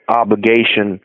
obligation